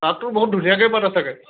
তাতটো বহুত ধুনীয়াকৈয়ে পাতে চাগৈ